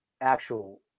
actual